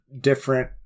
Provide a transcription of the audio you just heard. different